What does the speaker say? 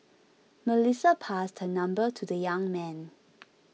Melissa passed her number to the young man